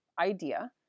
idea